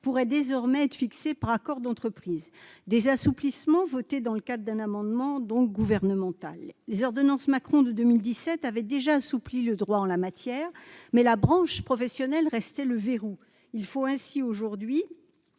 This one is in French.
pourraient désormais être fixés par accords d'entreprise- des assouplissements issus d'un amendement gouvernemental. Les ordonnances Macron de 2017 avaient déjà assoupli le droit en la matière, mais la branche professionnelle restait le verrou. Aujourd'hui,